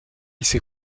ses